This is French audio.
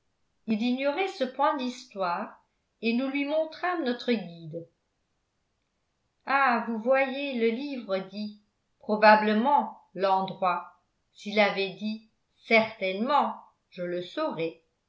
il ignorait ce point d'histoire et nous lui montrâmes notre guide ah vous voyez le livre dit probablement l'endroit s'il avait dit certainement je le saurais